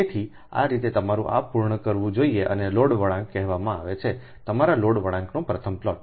તેથી આ રીતે તમારે આ પૂર્ણ કરવું જોઈએ આને લોડ વળાંક કહેવામાં આવે છે તમારા લોડ વળાંકને પ્રથમ પ્લોટ